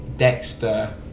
Dexter